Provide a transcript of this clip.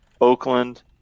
Oakland